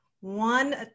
One